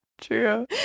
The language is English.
True